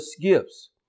gifts